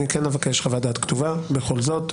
אני כן אבקש חוות דעת כתובה בכל זאת,